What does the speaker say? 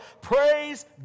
Praise